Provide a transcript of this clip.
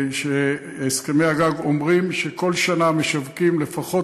הסכמי הגג אומרים שכל שנה משווקים לפחות